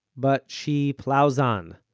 but she plows on.